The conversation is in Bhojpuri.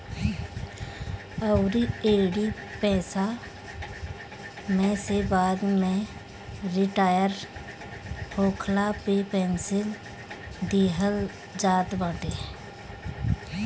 अउरी एही पईसा में से बाद में रिटायर होखला पे पेंशन देहल जात बाटे